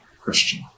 Christian